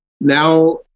now